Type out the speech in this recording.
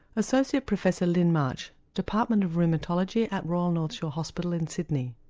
associate professor lyn march, department of rheumatology at royal north shore hospital in sydney.